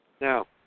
Now